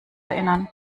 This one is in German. erinnern